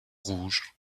rouges